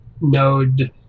Node